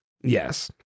yes